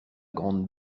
grande